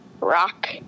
rock